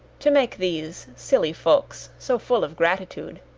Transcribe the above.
to make these silly folks so full of gratitude.